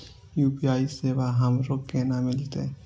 UPI सेवा हमरो केना मिलते?